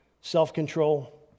Self-control